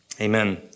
Amen